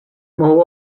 mohu